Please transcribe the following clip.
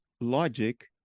logic